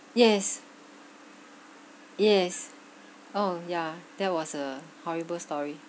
yes yes oh ya that was a horrible story